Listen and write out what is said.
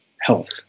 health